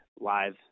live